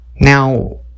Now